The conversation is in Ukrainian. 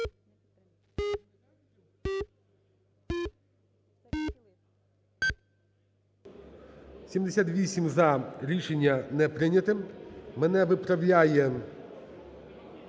За-78 Рішення не прийнято. Мене виправляє...